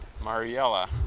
Mariella